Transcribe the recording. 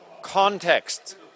Context